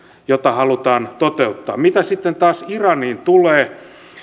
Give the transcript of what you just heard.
jota halutaan toteuttaa mitä sitten taas iraniin tulee